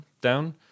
down